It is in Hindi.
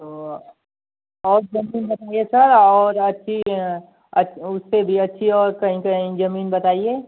तो और ज़मीन बताइए सर और अच्छी उससे भी अच्छी और कहीं कहीं ज़मीन बताइए